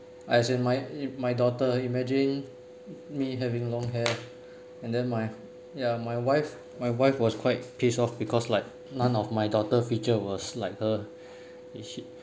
as in my my daughter imagine me having long hair and then my yeah my wife my wife was quite pissed off because like none of my daughter feature was like her she